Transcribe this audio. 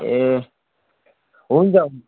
ए हुन्छ